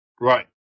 Right